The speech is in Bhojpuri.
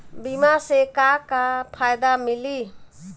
बीमा से का का फायदा मिली?